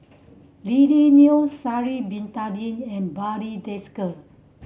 Lily Neo Sha'ari Bin Tadin and Barry Desker